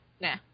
nah